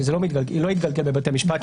שזה לא יתגלגל בבתי המשפט,